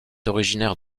originaire